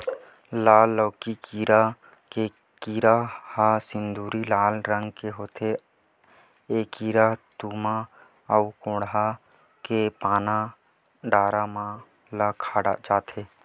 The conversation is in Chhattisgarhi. लाल लौकी कीरा ए कीरा ह सिंदूरी लाल रंग के होथे ए कीरा तुमा अउ कोड़हा के पाना डारा ल खा जथे